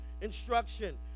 instruction